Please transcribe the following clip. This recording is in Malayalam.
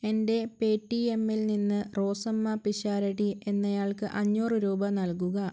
എൻ്റെ പേ ടി എമ്മിൽ നിന്ന് റോസമ്മ പിഷാരടി എന്നയാൾക്ക് അഞ്ഞൂറ് രൂപ നൽകുക